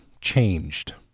changed